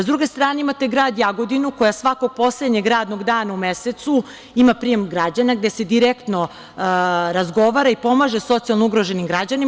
S druge strane, imate grad Jogodinu koja svakog poslednjeg radnog dana u mesecu ima prijem građana, gde se direktno razgovara i pomaže socijalno ugroženim građanima.